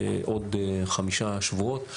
עוד חמישה שבועות.